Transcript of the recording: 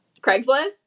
Craigslist